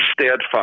steadfast